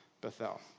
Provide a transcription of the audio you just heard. Bethel